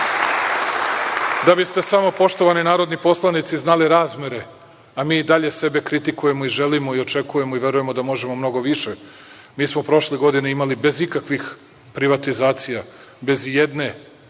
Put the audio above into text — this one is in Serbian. da bi ste samo, poštovani narodni poslanici, znali razmere, a mi i dalje sebe kritikujemo, želimo, očekujemo i verujemo da možemo mnogo više. Mi smo prošle godine imali bez ikakvih privatizacija bez i jedne,